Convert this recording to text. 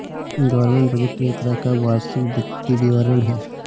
government budget एक तरह का वार्षिक वित्तीय विवरण है